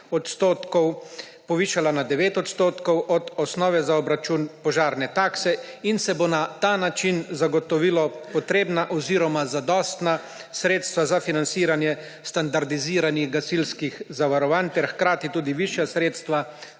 iz 5 % povišala na 9 % od osnove za obračun požarne takse. Na ta način se bo zagotovilo potrebna oziroma zadostna sredstva za financiranje standardiziranih gasilskih zavarovanj ter hkrati tudi višja sredstva